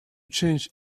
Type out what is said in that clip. change